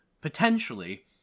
potentially